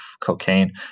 cocaine